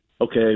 Okay